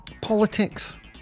politics